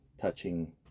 touching